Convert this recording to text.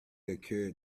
occurred